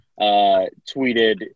tweeted